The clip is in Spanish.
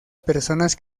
personas